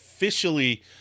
officially